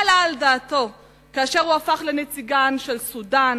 מה עלה על דעתו כאשר הוא הפך לנציגן של סודן,